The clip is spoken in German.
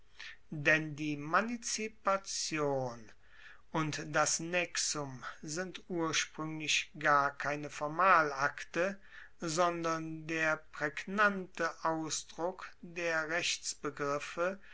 denn die manzipation und das nexum sind urspruenglich gar keine formalakte sondern der praegnante ausdruck der rechtsbegriffe